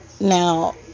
Now